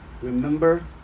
Remember